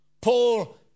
Paul